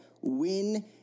win